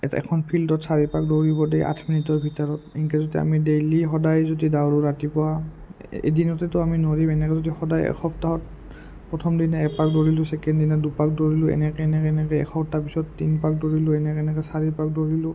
এতে এখন ফিল্ডত চাৰি পাক দৌৰিব দেই আঠ মিনিটৰ ভিতৰত এনেকৈ যদি আমি ডেইলি সদায় যদি দাউৰো ৰাতিপুৱা এদিনতেতো আমি নউৰিম এনেকৈ যদি সদায় এসপ্তাহত প্ৰথম দিনা এপাক দৌৰিলোঁ ছেকেণ্ড দিনা দুপাক দৌৰিলোঁ এনেকৈ এনেকৈ এনেকৈ এসপ্তাহ পিছত তিনিপাক দৌৰিলোঁ এনেকৈ এনেকৈ চাৰিপাক দৌৰিলোঁ